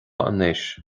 anois